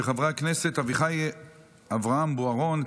של חברי הכנסת אביחי אברהם בוארון,